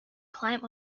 climb